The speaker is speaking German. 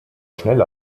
schnell